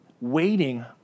waiting